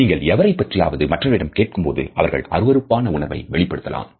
நீங்கள் எவரை பற்றியாவது மற்றவரிடம் கேட்கும்போது அவர்கள் அருவருப்பான உணர்வை வெளிப்படுத்தலாம்